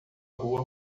rua